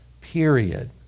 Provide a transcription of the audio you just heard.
period